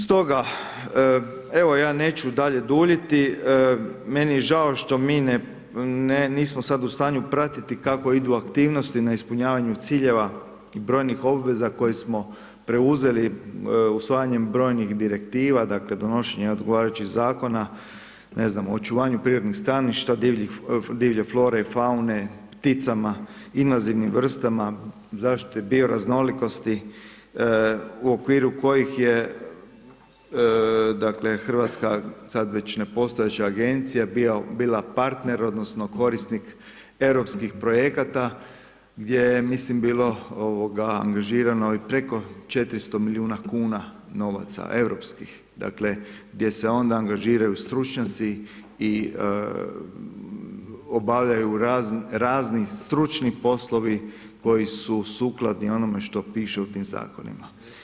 Stoga, evo, ja neću dalje duljiti, meni je žao, što mi nismo sada u stanju pratiti kako idu aktivnosti na ispunjavanju ciljeva i brojnih obaveza koje smo preuzeli usvajanjem brojnih direktiva, dakle, donošenje odgovarajućih zakona, ne znam o očuvanju prirodnih staništa, divlje flore i faune, pticama, invazivnih vrstama, zaštite bio raznolikosti, u okviru kojih je Hrvatska, sada već nepostojeća agencija bila partner, odnosno, korisnik europskih projekata, gdje je ja mislim angažirano preko 400 milijuna kuna novaca, europskih, dakle, gdje se onda angažiraju stručnjaci i obavljaju raznih stručni poslovi, koji su sukladni onome što piše u tim zakonima.